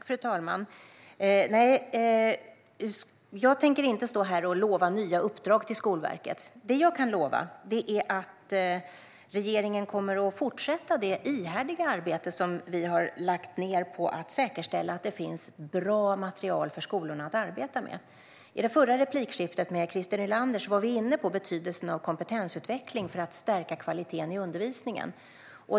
Fru talman! Jag tänker inte stå här och lova nya uppdrag till Skolverket. Det jag kan lova är att regeringen kommer att fortsätta det ihärdiga arbete som vi har lagt ned på att säkerställa att det finns bra material för skolorna att arbeta med. I det förra replikskiftet med Christer Nylander var vi inne på betydelsen av kompetensutveckling för att stärka kvaliteten i undervisningen.